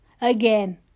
again